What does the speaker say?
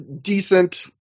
decent